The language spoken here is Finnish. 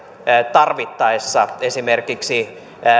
tarvittaessa esimerkiksi